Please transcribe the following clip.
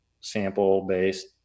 sample-based